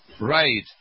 right